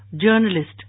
journalist